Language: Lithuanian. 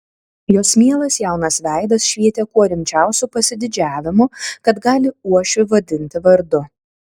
jos mielas jaunas veidas švietė kuo rimčiausiu pasididžiavimu kad gali uošvį vadinti vardu